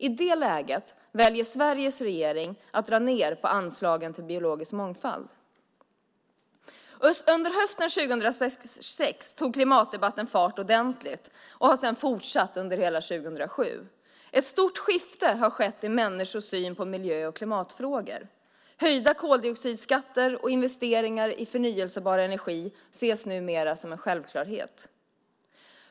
I det läget väljer Sveriges regering att dra ned på anslagen till biologisk mångfald. Under hösten 2006 tog klimatdebatten fart ordentligt och har sedan fortsatt under hela 2007. Ett stort skifte har skett i människors syn på miljö och klimatfrågor. Höjda koldioxidskatter och investeringar i förnybar energi ses numera som en självklarhet.